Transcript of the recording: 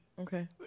Okay